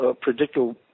predictable